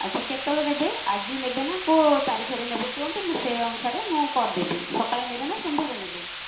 ଆଚ୍ଛା କେତେବେଳେ ନେବେ ଆଜି ନେବେ ନା କୋଉ ତାରିଖରେ ନେବେ କୁହନ୍ତୁ ସେ ଅନୁସାରେ ମୁଁ କରି ଦେବି ସକାଳେ ନେବେ ନା ସନ୍ଧ୍ୟାରେ ନେବେ